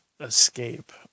escape